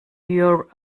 your